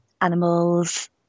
animals